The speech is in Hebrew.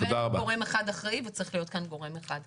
אין גורם אחד אחראי וצריך להיות גורם אחראי.